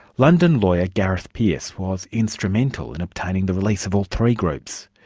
london lawyer gareth peirce was instrumental in obtaining the release of all three groups.